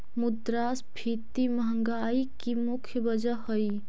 मुद्रास्फीति महंगाई की मुख्य वजह हई